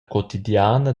quotidiana